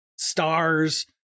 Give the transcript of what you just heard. stars